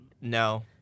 No